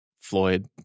Floyd